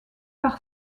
par